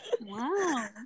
Wow